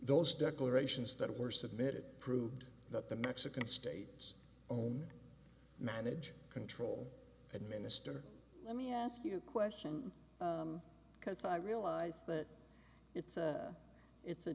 those declarations that were submitted proved that the mexican states own manage control and minister let me ask you a question because i realize but it's it's a